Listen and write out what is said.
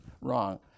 wrong